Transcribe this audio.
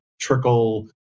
trickle